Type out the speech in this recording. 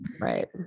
right